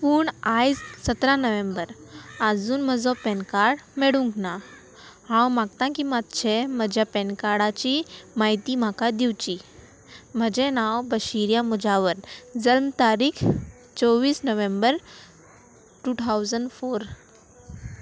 पूण आयज सतरा नोव्हेंबर आजून म्हजो पॅन कार्ड मेडूंक ना हांव मागता किमात्शें म्हज्या पॅन कार्डाची म्हायती म्हाका दिवची म्हजें नांव बशिर्या मुजावन जन्म तारीख चोवीस नोव्हेंबर टू ठावजंड फोर